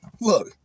Look